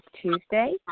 Tuesday